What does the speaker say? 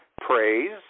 praise